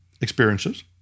experiences